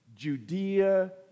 Judea